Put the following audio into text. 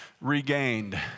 regained